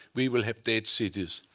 we will have dead cities.